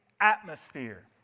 atmosphere